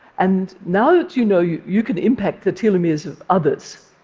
and now that you know you you could impact the telomeres of others,